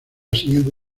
siguiente